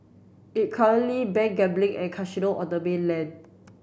it currently ban gambling and casino on the mainland